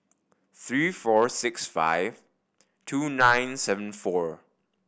three four six five two nine seven four